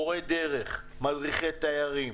מורי דרך, מדריכי תיירים,